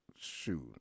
Shoot